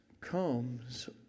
comes